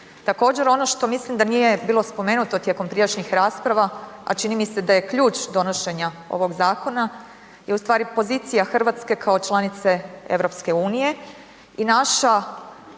Također, ono što mislim da nije bilo spomenuto tijekom prijašnjih rasprava, a čini mi se da je ključ donošenja ovog zakona je ustvari pozicija Hrvatske kao članice EU-a i naša